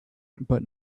but